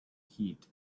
heat